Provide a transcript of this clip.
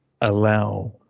allow